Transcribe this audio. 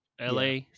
LA